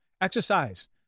Exercise